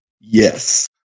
Yes